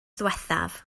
ddiwethaf